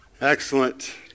Excellent